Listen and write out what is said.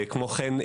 כמו כן,